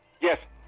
Yes